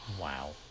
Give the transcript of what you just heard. Wow